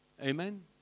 Amen